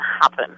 happen